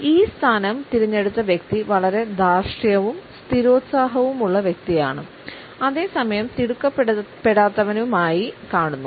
'E' സ്ഥാനം തിരഞ്ഞെടുത്ത വ്യക്തി വളരെ ധാർഷ്ട്യവും സ്ഥിരോത്സാഹവും ഉള്ള വ്യക്തിയാണ് അതെ സമയം തിടുക്കപ്പെടാത്തവനുമായി കാണുന്നു